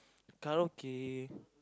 karaoke